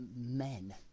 men